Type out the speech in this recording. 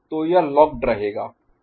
तो यह लॉक्ड रहेगा